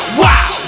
wow